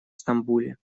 стамбуле